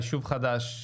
יישוב חדש,